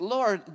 Lord